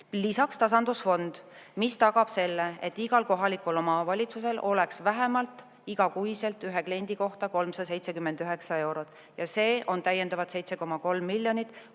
Lisaks on tasandusfond, mis tagab selle, et igal kohalikul omavalitsusel oleks igakuiselt ühe kliendi kohta vähemalt 379 eurot. See on täiendavalt 7,3 miljonit,